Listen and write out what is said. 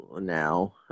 now